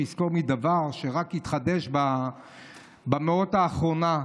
שיזכור דבר שהתחדש רק במאה האחרונה,